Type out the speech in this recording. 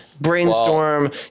Brainstorm